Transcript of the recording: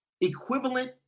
equivalent